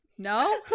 No